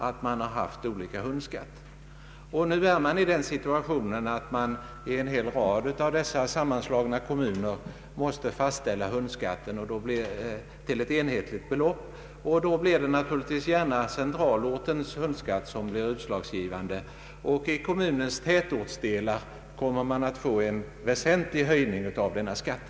Nu är alltså situationen den att man i en hel rad av dessa sammanslagna kommuner måste fastställa hundskatten till ett enhetlig belopp, och då blir det naturligtvis gärna centralortens hundskatt som blir utslagsgivande. I de glesbygdskommuner som ingår i en ny storkommun kommer man i många fall att få vidkännas en väsentlig höjning av denna skatt.